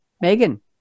Megan